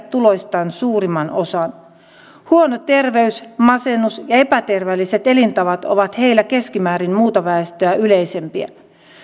tuloista suurimman osan huono terveys masennus ja epäterveelliset elintavat ovat heillä keskimäärin muuta väestöä yleisempiä